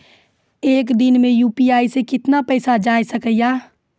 एक दिन मे यु.पी.आई से कितना पैसा जाय सके या?